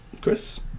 Chris